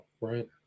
right